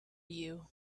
you